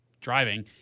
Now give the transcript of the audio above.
driving